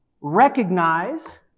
recognize